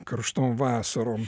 karštom vasarom